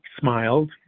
smiled